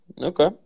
okay